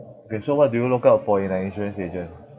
so what do you look out for in an insurance agent